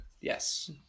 Yes